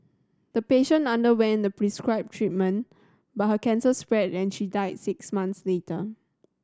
the patient underwent the prescribed treatment but her cancer spread and she died six months later